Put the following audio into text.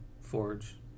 forge